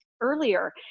earlier